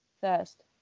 first